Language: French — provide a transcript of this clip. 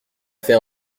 fait